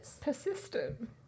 Persistent